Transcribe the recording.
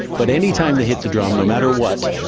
but any time they hit the drum, no matter what,